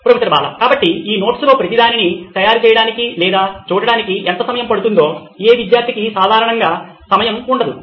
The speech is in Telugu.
ప్రొఫెసర్ బాలా కాబట్టి ఈ నోట్స్ లో ప్రతిదానిని తయారు చేయడానికి లేదా చూడడానికి ఎంత సమయం పెరుగుతుందో ఏ విద్యార్థికి సాధారణంగా సమయం ఉండదు